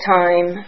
time